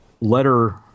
letter